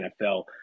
NFL –